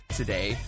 today